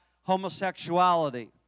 homosexuality